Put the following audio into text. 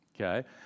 okay